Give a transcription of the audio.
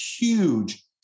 huge